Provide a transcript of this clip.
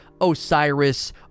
Osiris